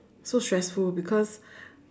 so stressful because